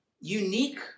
unique